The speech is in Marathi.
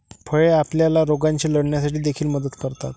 फळे आपल्याला रोगांशी लढण्यासाठी देखील मदत करतात